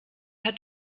hat